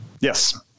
Yes